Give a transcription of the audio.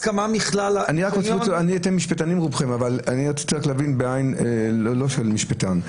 רובכם משפטנים, אבל רציתי להבין בעין לא של משפטן.